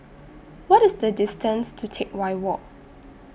What IS The distance to Teck Whye Walk